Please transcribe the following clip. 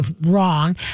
wrong